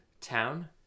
town